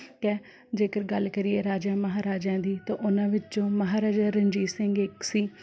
ਕੈ ਜੇਕਰ ਗੱਲ ਕਰੀਏ ਰਾਜਿਆਂ ਮਹਾਰਾਜਿਆਂ ਦੀ ਤਾਂ ਉਹਨਾਂ ਵਿੱਚੋਂ ਮਹਾਰਾਜਾ ਰਣਜੀਤ ਸਿੰਘ ਇੱਕ ਸੀ